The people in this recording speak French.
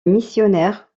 missionnaire